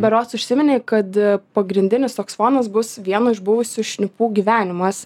berods užsiminei kad pagrindinis toks fonas bus vieno iš buvusių šnipų gyvenimas